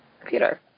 computer